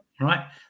Right